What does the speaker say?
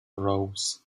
rose